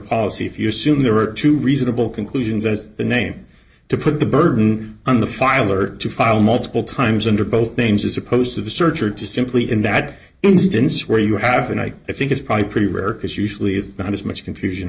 policy if your suit there are two reasonable conclusions as the name to put the burden on the filer to file multiple times under both names as opposed to the search or just simply in that instance where you have and i think it's probably pretty rare because usually it's not as much confusion